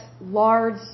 large